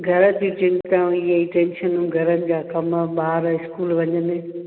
घर जी चिंताऊं इहे ई टेंशनूं घरनि जा कम ॿार स्कूल वञनि